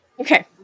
Okay